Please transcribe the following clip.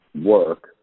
work